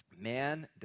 man